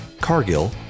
Cargill